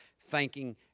thanking